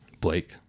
Blake